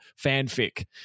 fanfic